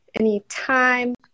anytime